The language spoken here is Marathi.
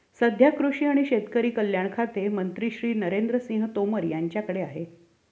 सध्या कृषी आणि शेतकरी कल्याण खाते मंत्री श्री नरेंद्र सिंह तोमर यांच्याकडे आहे